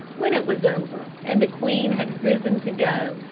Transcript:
when it was over and the queen had risen to go,